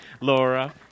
Laura